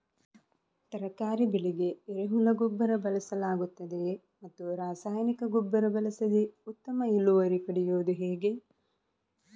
ತರಕಾರಿ ಬೆಳೆಗೆ ಎರೆಹುಳ ಗೊಬ್ಬರ ಬಳಸಲಾಗುತ್ತದೆಯೇ ಮತ್ತು ರಾಸಾಯನಿಕ ಗೊಬ್ಬರ ಬಳಸದೆ ಉತ್ತಮ ಇಳುವರಿ ಪಡೆಯುವುದು ಹೇಗೆ?